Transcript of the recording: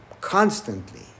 constantly